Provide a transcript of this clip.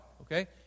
okay